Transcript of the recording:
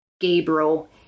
Gabriel